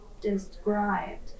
described